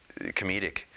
comedic